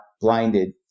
blinded